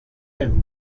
him